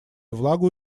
влагу